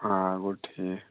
آ گوٚو ٹھیٖک